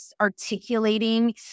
articulating